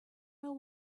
know